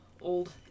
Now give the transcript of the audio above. old